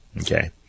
Okay